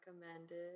recommended